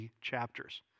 chapters